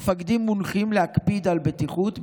המפקדים מונחים להקפיד על בטיחות,